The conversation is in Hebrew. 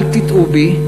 אל תטעו בי,